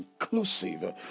inclusive